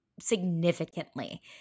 significantly